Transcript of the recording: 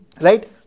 Right